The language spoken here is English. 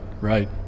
right